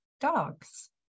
dogs